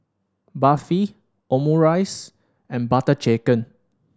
Barfi Omurice and Butter Chicken